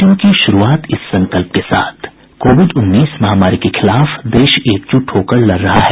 bulletin की शुरूआत इस संकल्प के साथ कोविड उन्नीस महामारी के खिलाफ देश एकजुट होकर लड़ रहा है